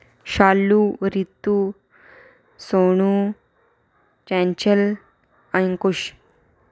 Shalu Ritu Sonu Chanchal Ankush